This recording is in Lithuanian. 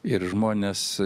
ir žmonės